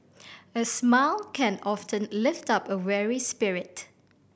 a smile can often lift up a weary spirit